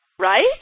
Right